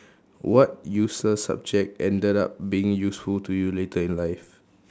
what useless subject ended up being useful to you later in life